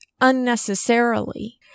unnecessarily